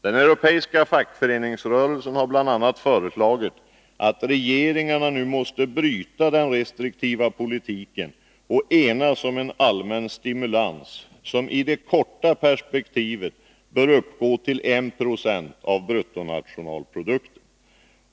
Den europeiska fackföreningsrörelsen har bl.a. föreslagit att regeringarna nu måste bryta den restriktiva politiken och enas om en allmän stimulans, som i det korta perspektivet bör uppgå till 196 av BNP.